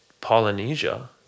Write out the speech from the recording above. Polynesia